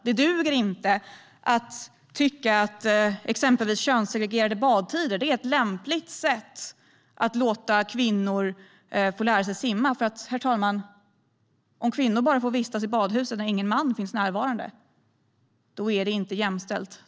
Det duger inte att tycka att exempelvis könssegregerade badtider är ett lämpligt sätt att möjliggöra för kvinnor att lära sig simma. Om kvinnor bara får vistas i badhuset när ingen man finns närvarande är det inte jämställt.